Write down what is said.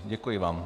Děkuji vám.